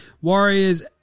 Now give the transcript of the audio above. Warriors